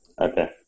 Okay